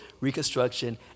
Reconstruction